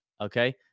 Okay